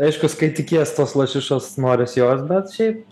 aiškus kai tikies tos lašišos noris jos bet šiaip